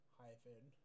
hyphen